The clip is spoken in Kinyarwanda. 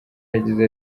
yagize